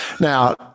now